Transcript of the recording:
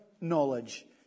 knowledge